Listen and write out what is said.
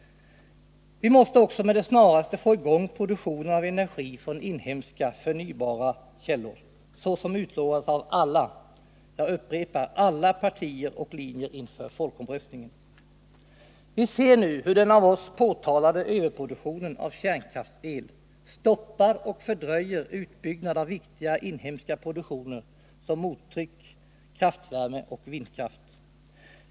Vi måste också med det snaraste få i gång produktionen av energi från inhemska förnyelsebara källor, såsom utlovades av alla — jag upprepar: alla — partier och linjer inför folkomröstningen. Vi ser nu hur den av oss påtalade överproduktionen av kärnkraftsel stoppar och fördröjer utbyggnad av viktiga inhemska produktioner som mottryck, kraftvärme och vindkraft.